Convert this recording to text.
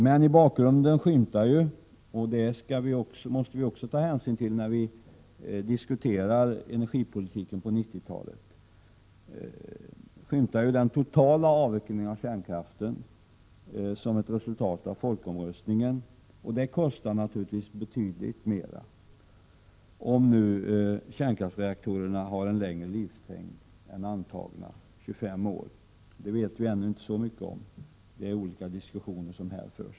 När vi diskuterar energipolitiken inför 1990-talet måste vi också ta hänsyn till att i bakgrunden skymtar den totala avvecklingen av kärnkraften som ett resultat av folkomröstningen. Det kostar naturligtvis betydligt mer om kärnkraftsreaktorerna har en längre livslängd än de antagna 25 åren. Detta vet vi ännu inte så mycket om. Olika diskussioner har förts.